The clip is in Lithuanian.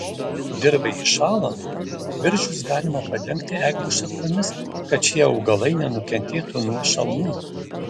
dirvai įšąlant viržius galima padengti eglių šakomis kad šie augalai nenukentėtų nuo šalnų